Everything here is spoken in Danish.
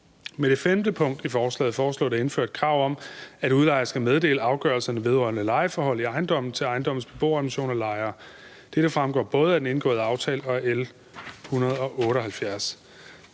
Med det 5. punkt i forslaget foreslås der indført et krav om, at udlejer skal meddele afgørelserne vedrørende lejeforhold i ejendommen til ejendommens beboerorganisation og lejere. Dette fremgår både af den indgåede aftale og af L 178.